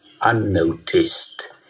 unnoticed